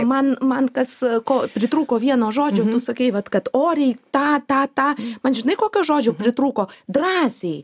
man man kas ko pritrūko vieno žodžio tu sakei vat kad oriai tą tą tą man žinai kokio žodžio pritrūko drąsiai